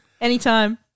Anytime